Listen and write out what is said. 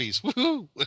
woohoo